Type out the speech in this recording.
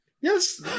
yes